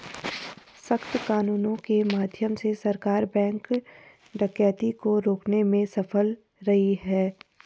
सख्त कानूनों के माध्यम से सरकार बैंक डकैती को रोकने में सफल रही है